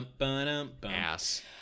Ass